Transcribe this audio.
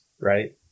right